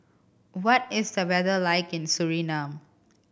what is the weather like in Suriname